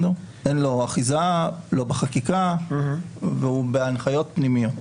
אין לו אחיזה לא באחיזה או בהנחיות פנימיות.